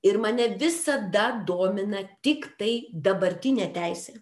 ir mane visada domina tiktai dabartinė teisė